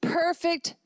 perfect